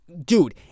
Dude